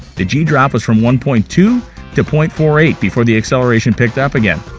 the g drop was from one point two to point four eight, before the acceleration picked up again.